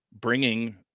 bringing